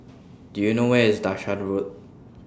Do YOU know Where IS Dashan Road